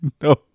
no